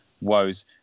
woes